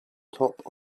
top